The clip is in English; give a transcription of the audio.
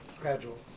gradual